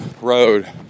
road